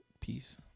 peace